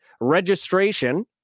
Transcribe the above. registration